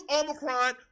Omicron